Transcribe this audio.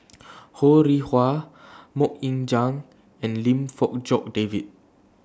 Ho Rih Hwa Mok Ying Jang and Lim Fong Jock David